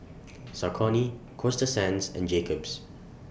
Saucony Coasta Sands and Jacob's